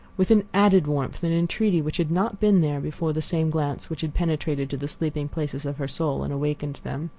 with an added warmth and entreaty which had not been there before the same glance which had penetrated to the sleeping places of her soul and awakened them.